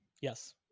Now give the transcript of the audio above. Yes